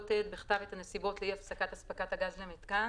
לא תיעד בכתב את הנסיבות לאי הפסקת הספקת הגז למיתקן,